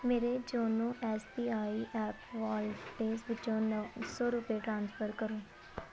ਮੇਰੇ ਜੋਨੋ S B I app wallet ਵਿੱਚੋਂ ਨੌਂ ਸੌ ਰੁਪਏ ਟ੍ਰਾਂਸਫਰ ਕਰੋ